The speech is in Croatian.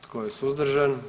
Tko je suzdržan?